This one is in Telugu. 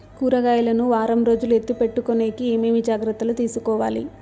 కూరగాయలు ను వారం రోజులు ఎత్తిపెట్టుకునేకి ఏమేమి జాగ్రత్తలు తీసుకొవాలి?